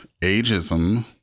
ageism